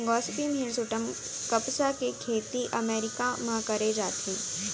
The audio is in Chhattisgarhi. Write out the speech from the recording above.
गोसिपीयम हिरस्यूटम कपसा के खेती अमेरिका म करे जाथे